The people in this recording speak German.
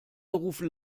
rufen